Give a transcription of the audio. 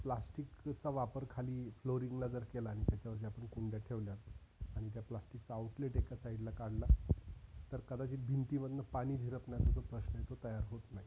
प्लास्टिकचा वापर खाली फ्लोरिंगला जर केला आणि त्याच्यावरती आपण कुंड्या ठेवल्या आणि त्या प्लास्टिकचा आऊटलेट एका साईडला काढला तर कदाचित भिंतीमधनं पाणी झिरपणं जो प्रश्न आहे तो तयार होत नाही